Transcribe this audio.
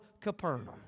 Capernaum